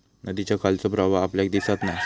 नदीच्या खालचो प्रवाह आपल्याक दिसत नसता